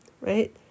right